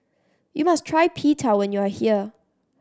you must try Pita when you are here